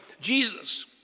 Jesus